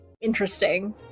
interesting